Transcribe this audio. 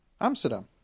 Amsterdam